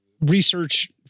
research